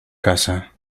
casa